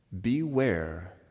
Beware